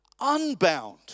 unbound